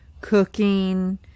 Cooking